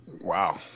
wow